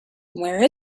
where